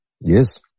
Yes